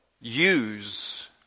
use